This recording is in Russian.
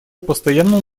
постоянному